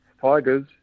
Tigers